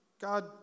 God